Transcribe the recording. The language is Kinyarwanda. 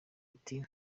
ati